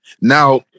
Now